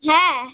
হ্যাঁ